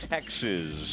Texas